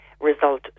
result